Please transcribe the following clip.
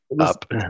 up